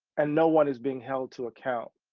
and no one is being held to account.